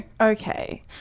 Okay